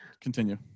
continue